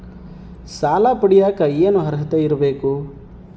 ಸಾಲ ಪಡಿಯಕ ಏನು ಅರ್ಹತೆ ಇರಬೇಕು?